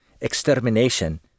extermination